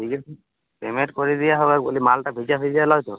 ঠিক আছে পেমেন্ট করে দেওয়া হবে বলি মালটা ভেজা ভেজা নয় তো